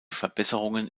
verbesserungen